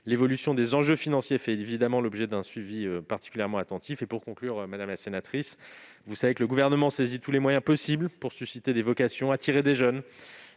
L'évolution des enjeux financiers fait évidemment l'objet d'un suivi particulièrement attentif. Pour conclure, madame la sénatrice, vous savez que le Gouvernement saisit tous les moyens possibles pour susciter des vocations, attirer des jeunes